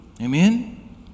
Amen